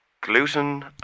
gluten